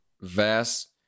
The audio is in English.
vast